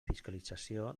fiscalització